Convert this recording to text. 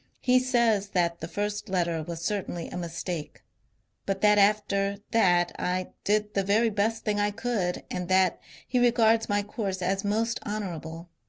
he says that the first letter was certainly a mistake but that after that i did the very best thing i could, and that he regards my course as most honourable.